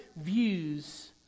views